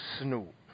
Snoop